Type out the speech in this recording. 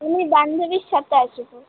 আমি বান্ধবীর সাথে আছি তো